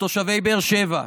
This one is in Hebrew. לתושבי באר שבע,